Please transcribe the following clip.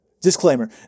Disclaimer